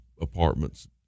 apartments—